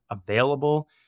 available